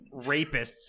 rapists